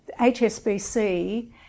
HSBC